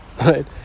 Right